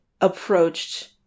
approached